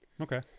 okay